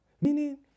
Meaning